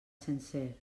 sencer